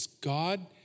God